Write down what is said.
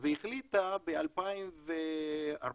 והחליטה ב-2014,